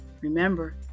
Remember